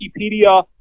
Wikipedia